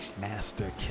Master